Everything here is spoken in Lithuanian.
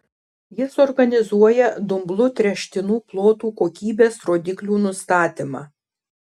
jis organizuoja dumblu tręštinų plotų kokybės rodiklių nustatymą